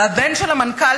והבן של המנכ"ל,